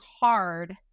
hard